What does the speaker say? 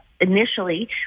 initially